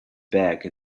bag